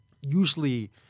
usually